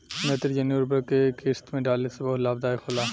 नेत्रजनीय उर्वरक के केय किस्त में डाले से बहुत लाभदायक होला?